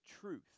truth